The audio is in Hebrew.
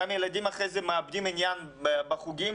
גם ילדים אחרי זה מאבדים עניין בחוגים.